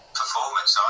performance